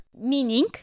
Meaning